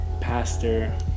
pastor